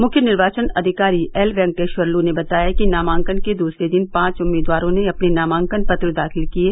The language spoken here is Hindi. मुख्य निर्वाचन अधिकारी एल वेंकटेश्वर लू ने बताया कि नामांकन के दूसरे दिन पांच उम्मीदवारों ने अपने नामांकन पत्र दाखिल किये